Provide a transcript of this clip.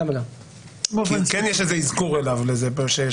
כי יש איזשהו אזכור אליו לזה.